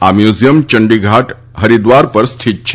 આ મ્યુઝિયમ ચંડીઘાટ હરિદ્વાર પર સ્થિત છે